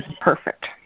perfect